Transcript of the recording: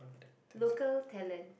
local talent